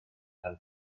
rhan